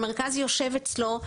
המרכז יושב אצלו.